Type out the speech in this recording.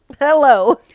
hello